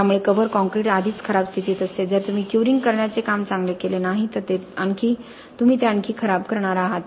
त्यामुळे cover concrete आधीच खराब स्थितीत असते जर तुम्ही क्युरिंग करण्याचे काम चांगले केले नाही तर तुम्ही ते आणखी खराब करणार आहात